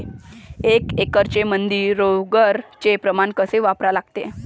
एक एकरमंदी रोगर च प्रमान कस वापरा लागते?